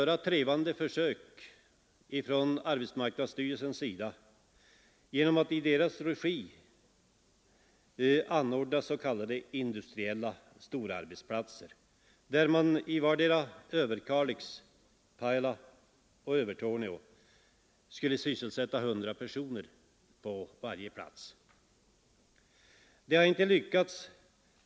Arbetsmarknadsstyrelsen har gjort trevande försök att ordna s.k. industriella storarbetsplatser, genom vilka man i Överkalix, Pajala och Övertorneå skulle sysselsätta 100 personer på varje arbetsplats.